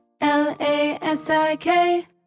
L-A-S-I-K